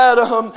Adam